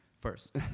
first